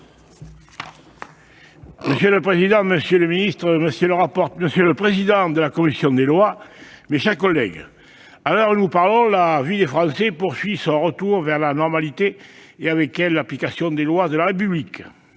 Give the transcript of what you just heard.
Monsieur le président, monsieur le ministre, monsieur le président de la commission, mes chers collègues, à l'heure où nous parlons, la vie des Français poursuit son retour vers la normalité et, avec elle, l'application des lois de la République.